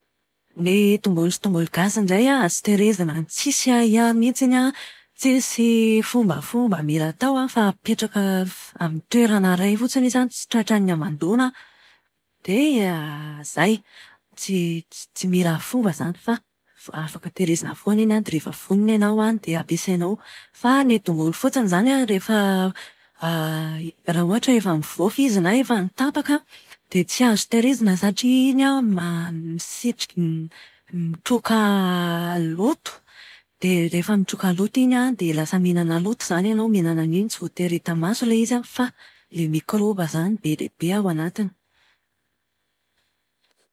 Ny tongolo sy tongolo gasy indray an, azo tahirizina tsisy ahiahy mihitsiny an, tsisy fombafomba mila atao an, fa apetraka amin'ny toerna iray fotsiny izy an, tsy tratran'ny hamandoana, dia izay. Tsy tsy mila fomba izany fa afaka tahirizina foana dia rehefa vonona ianao an, dia ampiasainao. Fa ny tongolo fotsiny izany an, rehefa raha ohatra efa mivaofy izy, na efa nitapaka, dia tsy azo tahirizina satria iny an ma- misitri- mitroka loto. Dia rehefa mitroka loto iny an, dia lasa mihinana loto izany ianao mihinana an'iny, tsy voatery hita maso ilay izy an, fa ilay mikroba izany be dia be ao anatiny.